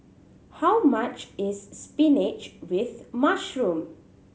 how much is spinach with mushroom